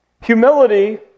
Humility